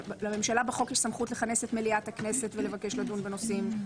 בממשלה בחוק יש סמכות לכנס את מליאת הכנסת ולבקש לדון בנושאים.